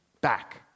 back